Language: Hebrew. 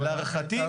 להערכתי,